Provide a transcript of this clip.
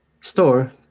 store